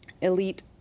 elite